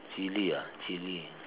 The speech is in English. chili ah chili